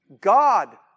God